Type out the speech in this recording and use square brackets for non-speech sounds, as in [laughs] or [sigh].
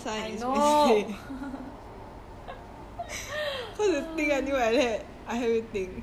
I know [laughs]